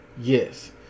Yes